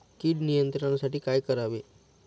कीड नियंत्रणासाठी काय करावे?